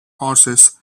horses